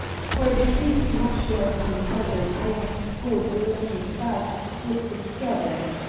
for a betise much less unpleasant i have scored a lackey's back with a scabbard.